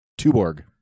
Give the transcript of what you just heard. Tuborg